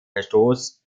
verstoß